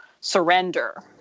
surrender